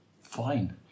fine